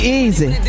easy